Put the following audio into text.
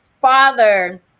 father